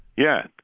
yeah.